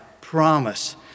promise